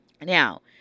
Now